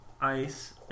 Ice